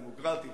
"דמוקרטית",